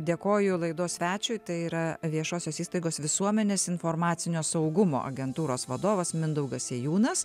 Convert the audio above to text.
dėkoju laidos svečiui tai yra viešosios įstaigos visuomenės informacinio saugumo agentūros vadovas mindaugas sėjūnas